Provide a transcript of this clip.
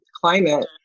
climate